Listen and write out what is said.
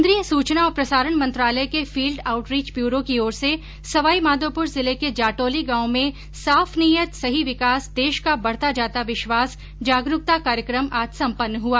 केन्द्रीय सूचना और प्रसारण मंत्रालय के फील्ड आउटरीच ब्यूरो की ओर से सवाईमाधोपुर जिले के जाटौली गांव में साफ नीयत सही विकास देश का बढता जाता विश्वास जागरूकता कार्यकम आज सम्पन्न हुआ